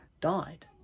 died